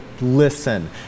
listen